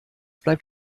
bleibt